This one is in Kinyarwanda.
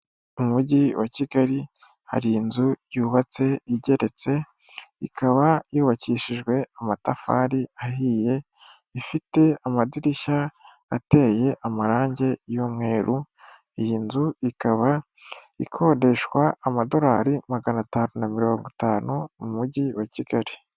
Mu mujyi wa Kigali hari inzu yubatse igeretse ikaba yubakishijwe amatafari ahiye ifite amadirishya ateye amarange y'umweru, iyi nzu ikaba ikodeshwa amadolari magana atanu na mirongo itanu mu mujyi wa Kigali.